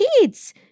kids